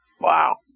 Wow